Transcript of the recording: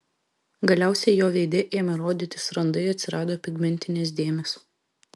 galiausiai jo veide ėmė rodytis randai atsirado pigmentinės dėmės